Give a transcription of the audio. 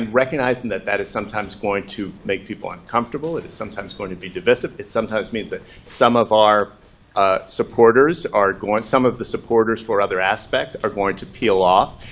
and recognizing that that is sometimes going to make people uncomfortable. it is sometimes going to be divisive. it sometimes means that some of our ah supporters are going some of the supporters for other aspects are going to peel off.